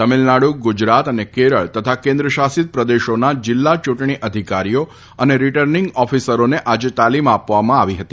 તમિલનાડુ ગુજરાત અને કેરળ તથા કેન્દ્ર શાસિત પ્રદેશોના જિલ્લા ચૂંટણી અધિકારીઓ અને રીટર્નિંગ ઓફિસરોને આજે તાલિમ આપવામાં આવી હતી